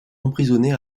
emprisonnés